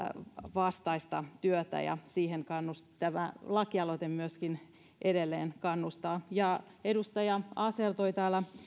vastaista työtä ja siihen myöskin tämä lakialoite edelleen kannustaa edustaja asell toi täällä